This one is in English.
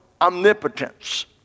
omnipotence